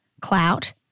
clout